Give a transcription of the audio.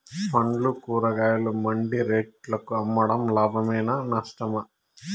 పండ్లు కూరగాయలు మండి రేట్లకు అమ్మడం లాభమేనా నష్టమా?